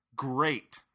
great